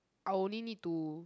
I'll only need to